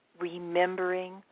remembering